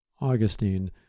Augustine